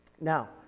Now